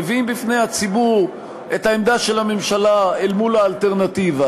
מביאים בפני הציבור את העמדה של הממשלה אל מול האלטרנטיבה,